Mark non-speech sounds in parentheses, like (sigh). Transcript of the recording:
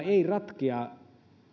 (unintelligible) ei ratkea